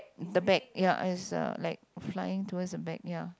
the back ya is uh like flying towards the back ya